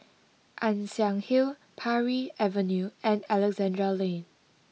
Ann Siang Hill Parry Avenue and Alexandra Lane